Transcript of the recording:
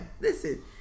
listen